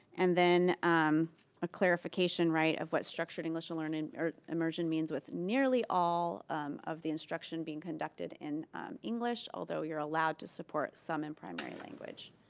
and then a clarification right of what structured english learning or immersion means with nearly all of the instruction being conducted in english, although you're allowed to support some in primary language.